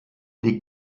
die